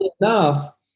enough